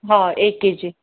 हय एक केजी